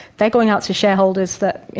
they're going out to shareholders that, you